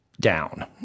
down